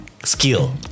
Skill